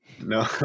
No